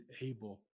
able